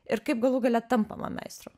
ir kaip galų gale tampama meistru